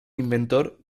inventor